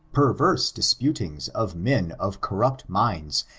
perverse disputbgs of men of eorrupt minds,